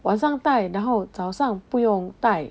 晚上戴然后早上不用戴